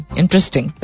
interesting